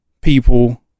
people